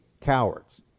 cowards